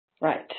Right